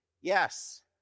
yes